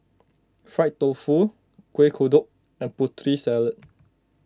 Fried Tofu Kueh Kodok and Putri Salad